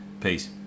peace